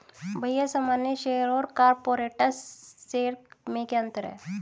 भैया सामान्य शेयर और कॉरपोरेट्स शेयर में क्या अंतर है?